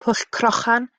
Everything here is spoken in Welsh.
pwllcrochan